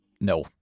no